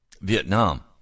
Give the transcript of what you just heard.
Vietnam